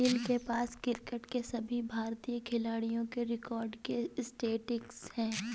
अनिल के पास क्रिकेट के सभी भारतीय खिलाडियों के रिकॉर्ड के स्टेटिस्टिक्स है